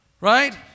Right